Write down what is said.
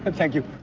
but thank you.